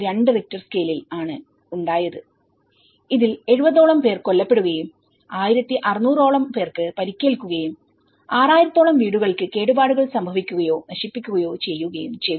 2 Richter സ്കേലിൽ ആണ് ഉണ്ടായത്ഇതിൽ 70 ഓളം പേർ കൊല്ലപ്പെടുകയും 1600 ഓളം പേർക്ക് പരിക്കേൽക്കുകയും 6000 ത്തോളം വീടുകൾക്ക് കേടുപാടുകൾ സംഭവിക്കുകയോ നശിപ്പിക്കുകയോ ചെയ്യുകയും ചെയ്തു